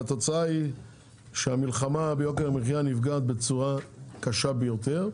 והתוצאה היא שהמלחמה ביוקר המחייה נפגעת בצורה קשה ביותר.